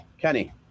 Kenny